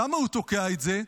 למה הוא תוקע את זה?